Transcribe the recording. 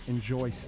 Enjoy